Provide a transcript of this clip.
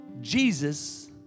Jesus